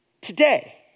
today